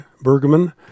Bergman